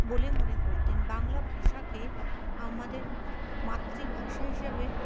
বলে মনে করতেন বাংলা ভাষাকে আমাদের মাতৃভাষা হিসাবে